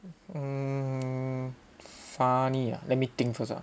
mm funny ah let me think first ah